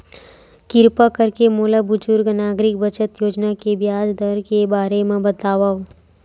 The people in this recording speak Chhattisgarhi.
किरपा करके मोला बुजुर्ग नागरिक बचत योजना के ब्याज दर के बारे मा बतावव